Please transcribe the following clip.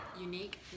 Unique